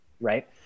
right